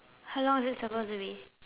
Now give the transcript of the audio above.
how long is it supposed to be